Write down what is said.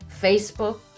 Facebook